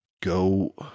go